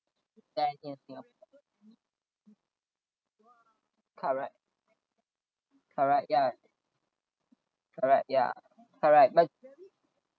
than in singapore correct correct ya correct ya correct but